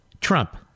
Trump